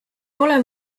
ole